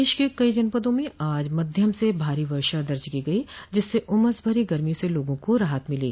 प्रदेश के कई जनपदों में आज मध्यम से भारी वर्षा दर्ज की गई जिससे उमस भरी गर्मी से लोगों को राहत मिली